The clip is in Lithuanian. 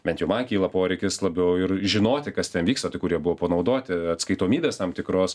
bet jau man kyla poreikis labiau ir žinoti kas ten vyksta tai kur jie buvo panaudoti atskaitomybės tam tikros